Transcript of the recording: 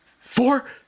four